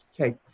Okay